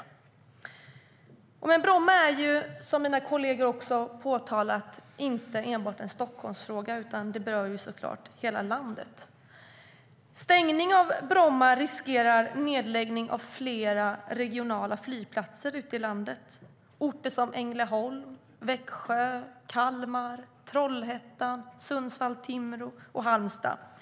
Frågan om Bromma flygplats är, som mina kolleger har påpekat, inte enbart en Stockholmsfråga utan berör såklart hela landet. En stängning av Bromma flygplats riskerar att leda till nedläggning av flera regionala flygplatser ute i landet. Det handlar om Ängelholm-Helsingborg Airport, Växjö Småland Airport, Kalmar Öland Airport, Trollhättan-Vänersborgs Flygplats, Sundsvall Timrå Airport och Halmstad City Airport.